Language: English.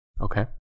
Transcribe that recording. Okay